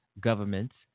governments